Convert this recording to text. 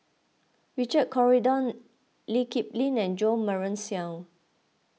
Richard Corridon Lee Kip Lin and Jo Marion Seow